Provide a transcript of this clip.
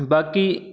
ਬਾਕੀ